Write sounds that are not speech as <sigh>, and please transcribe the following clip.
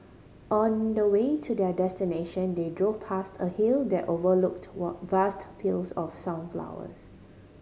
on the way to their destination they drove past a hill that overlooked <unintelligible> vast fields of sunflowers